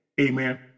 Amen